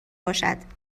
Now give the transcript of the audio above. باشد